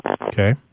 Okay